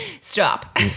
stop